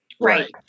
Right